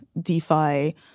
DeFi